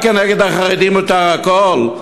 רק נגד החרדים מותר הכול?